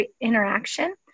interaction